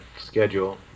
schedule